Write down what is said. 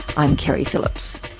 i'm keri phillips